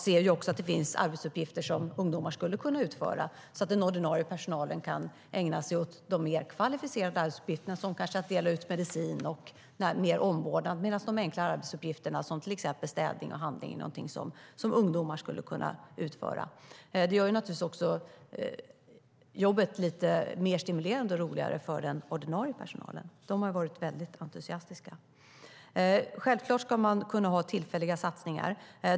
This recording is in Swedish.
De ser att det finns arbetsuppgifter som ungdomar skulle kunna utföra, så att den ordinarie personalen kan ägna sig åt de mer kvalificerade arbetsuppgifterna, som att dela ut medicin och ge mer omvårdnad, medan de enklare arbetsuppgifterna, till exempel städning och handling, är något som ungdomar skulle kunna utföra. Det gör naturligtvis också jobbet lite mer stimulerande och roligare för den ordinarie personalen. De har varit väldigt entusiastiska. Självklart ska man kunna ha tillfälliga satsningar.